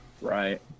right